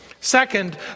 Second